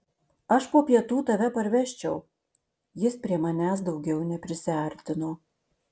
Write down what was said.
aš po pietų tave parvežčiau jis prie manęs daugiau neprisiartino